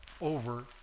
over